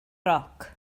roc